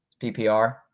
PPR